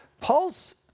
Paul's